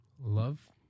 love